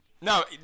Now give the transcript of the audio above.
No